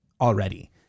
already